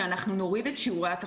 אנחנו רואים את זה בסקר הסרולוגי.